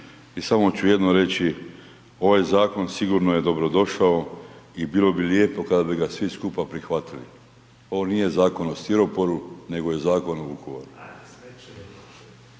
I samo ću jedno reći, ovaj zakon sigurno je dobrodošao i bilo bi lijepo kada bi ga svi skupa prihvatili. Ovo nije zakon o stiroporu, nego je zakon o Vukovaru.